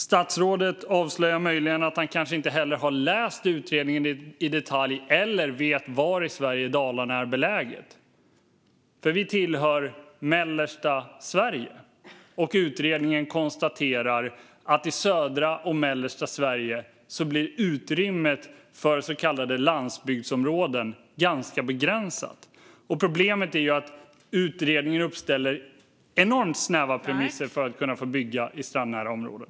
Statsrådet avslöjar möjligen att han inte heller har läst utredningen i detalj eller vet var i Sverige Dalarna är beläget. Vi tillhör mellersta Sverige, och utredningen konstaterar att i södra och mellersta Sverige blir utrymmet för så kallade landsbygdsområden ganska begränsat. Problemet är att utredningen uppställer enormt snäva premisser för att man ska få bygga i strandnära områden.